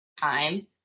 time